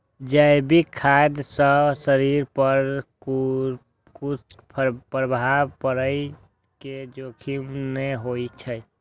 जैविक खाद्य सं शरीर पर कुप्रभाव पड़ै के जोखिम नै होइ छै